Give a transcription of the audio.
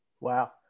Wow